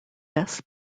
best